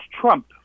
Trump